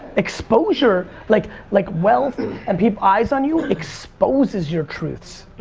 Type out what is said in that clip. exposure, like like wealth and people's eyes on you exposes your truths.